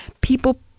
people